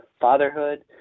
fatherhood